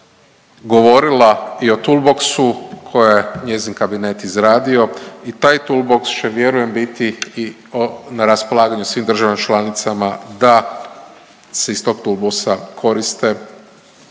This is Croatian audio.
govorila i o toolboxu koja je njezin kabinet izradio i taj toolbox će, vjerujem, biti i na raspolaganju svim državama članicama da se iz tog .../Govornik